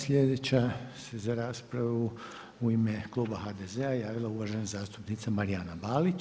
Slijedeća se za raspravu u ime kluba HDZ-a javila uvažena zastupnica Marijana Balić.